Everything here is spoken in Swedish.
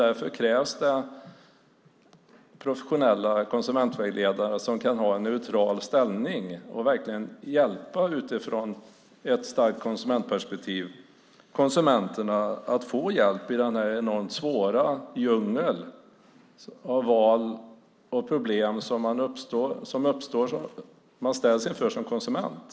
Därför krävs det professionella konsumentvägledare som utifrån ett starkt konsumentperspektiv kan ha en neutral ställning och verkligen hjälpa konsumenterna i den här enormt svåra djungeln av val och problem som man ställs inför som konsument.